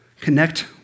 connect